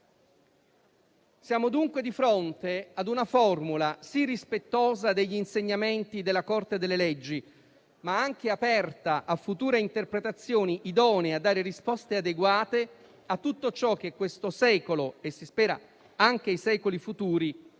Siamo dunque di fronte ad una formula sì rispettosa degli insegnamenti della Corte costituzionale e delle leggi, ma anche aperta a future interpretazioni, idonee a dare risposte adeguate a tutto ciò che recheranno questo secolo e - si spera - anche i secoli futuri.